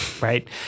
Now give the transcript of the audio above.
right